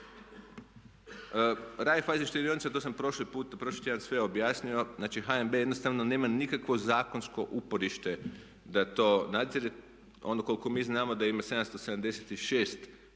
Raiffeisen štedionica to sam prošli tjedan sve objasnio, znači HNB jednostavno nema nikakvo zakonsko uporište da to nadzire. Ono koliko mi znamo da ima 776